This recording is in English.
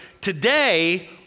Today